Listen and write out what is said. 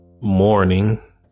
morning